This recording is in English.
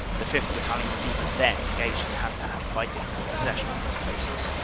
the fifth. battalion was even then engaged in hand-to-hand fighting for the possession of these posts.